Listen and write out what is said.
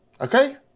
Okay